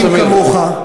השר שמיר.